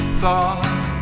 thought